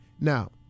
Now